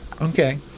Okay